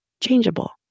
changeable